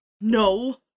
No